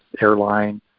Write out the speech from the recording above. airline